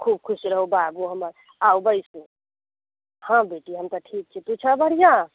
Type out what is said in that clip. खूब खुश रहू बाबू हमर आउ बैसू हँ बेटी हम तऽ ठीक छी तू छऽ बढ़िआँ